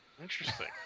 Interesting